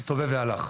והוא הסתובב והלך.